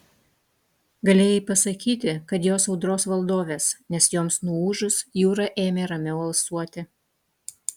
galėjai pasakyti kad jos audros valdovės nes joms nuūžus jūra ėmė ramiau alsuoti